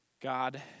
God